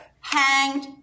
hanged